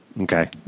Okay